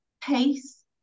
pace